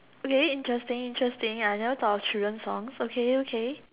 okay interesting interesting I never thought of children songs okay okay